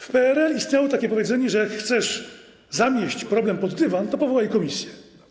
W PRL istniało takie powiedzenie: jak chcesz zamieść problem pod dywan, to powołaj komisję.